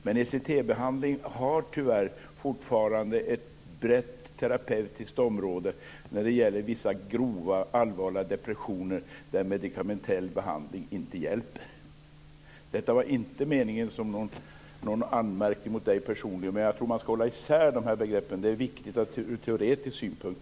Men den har tyvärr fortfarande ett brett terapeutiskt område när det gäller vissa grova, allvarliga depressioner där medikamentell behandling inte hjälper. Detta var inte meningen som någon anmärkning mot Thomas personligen, men jag tror att man ska hålla isär de här begreppen. Det är viktigt ur teoretisk synpunkt.